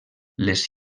les